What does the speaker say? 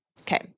Okay